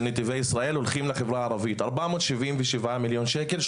נתיבי ישראל הולכים לחברה הערבית 477 מיליון שקל,